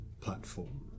platform